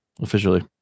officially